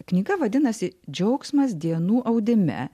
knyga vadinasi džiaugsmas dienų audime